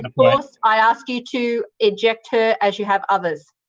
enforced, i ask you to eject her as you have others.